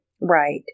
Right